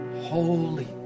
holy